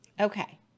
Okay